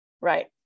right